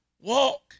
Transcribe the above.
Walk